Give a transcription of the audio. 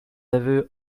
aveux